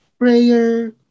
prayer